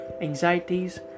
anxieties